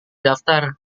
daftar